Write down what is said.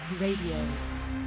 Radio